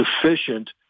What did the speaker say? sufficient